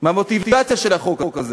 מהמוטיבציה של החוק הזה,